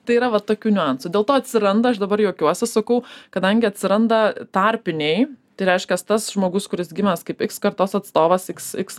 tai yra va tokių niuansų dėl to atsiranda aš dabar juokiuosi sakau kadangi atsiranda tarpiniai tai reiškias tas žmogus kuris gimęs kaip iks kartos atstovas iks iks